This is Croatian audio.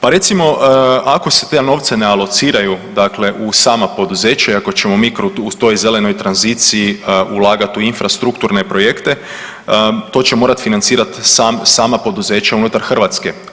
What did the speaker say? Pa recimo ako se ti novci ne alociraju dakle u sama poduzeća i ako ćemo u toj zelenoj tranziciji ulagati u infrastrukturne projekte to će morati financirati sama poduzeća unutar Hrvatske.